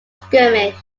skirmish